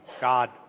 God